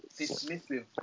dismissive